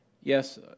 yes